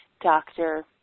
doctor